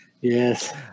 Yes